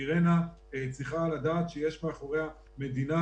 אירינה צריכה לדעת שיש מאחוריה מדינה,